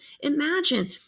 Imagine